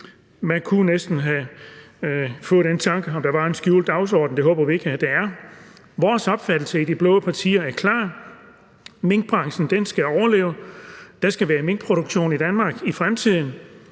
Man kunne næsten få den tanke, om der var en skjult dagsorden – det håber vi ikke at der er. Vores opfattelse i de blå partier er klar: Minkbranchen skal overleve; der skal være minkproduktion i Danmark i fremtiden;